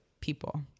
people